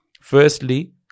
firstly